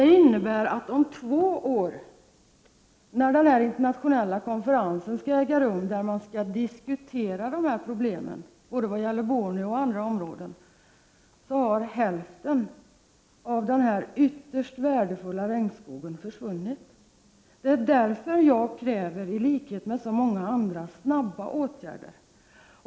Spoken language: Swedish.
Det innebär att om två år när den här internationella konferensen skall äga rum, där man skall diskutera dessa problem såväl när det gäller Borneo som andra områden, har hälften av den ytterst värdefulla regnskogen försvunnit. Det är därför jag, i likhet med så många andra, kräver snabba åtgärder.